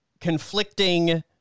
conflicting